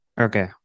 Okay